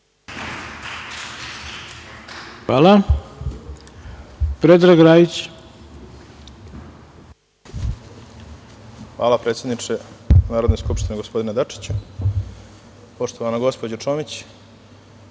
Rajić. **Predrag Rajić** Hvala predsedniče Narodne skupštine gospodine Dačiću. Poštovana gospođo Čomić,